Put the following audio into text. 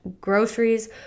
groceries